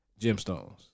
Gemstones